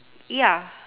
ya